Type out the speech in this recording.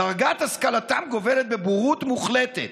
דרגת השכלתם גובלת בבורות מוחלטת,